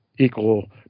equal